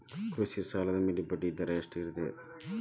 ಕೃಷಿ ಸಾಲದ ಮ್ಯಾಲೆ ಬಡ್ಡಿದರಾ ಎಷ್ಟ ಇರ್ತದ?